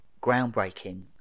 groundbreaking